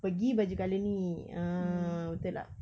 pergi baju colour ni ah betul tak